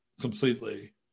completely